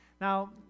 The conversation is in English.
Now